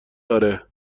آره